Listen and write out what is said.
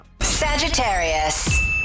Sagittarius